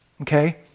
okay